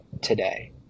today